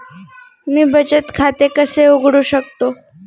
मी बचत खाते कसे उघडू शकतो?